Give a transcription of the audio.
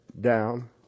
down